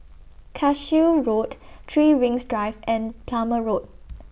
Cashew Road three Rings Drive and Plumer Road